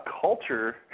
culture